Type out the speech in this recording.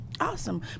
awesome